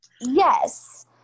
yes